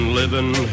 living